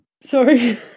sorry